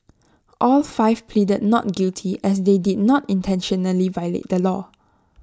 all five pleaded not guilty as they did not intentionally violate the law